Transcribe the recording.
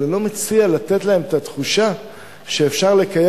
אבל אני לא מציע לתת להם את התחושה שבשנות האלפיים אפשר לקיים